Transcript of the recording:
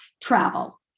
travel